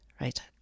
right